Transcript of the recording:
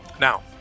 Now